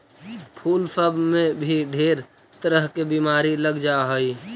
फूल सब में भी ढेर तरह के बीमारी लग जा हई